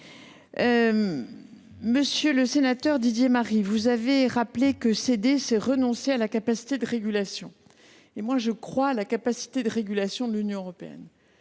Monsieur le sénateur Didier Marie, vous avez rappelé que céder, c’était renoncer à la capacité de régulation. Je crois personnellement à la capacité de régulation de l’Union européenne.